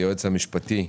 היועץ המשפטי,